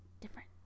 different